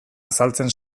azaltzen